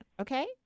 okay